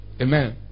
Amen